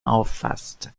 auffasst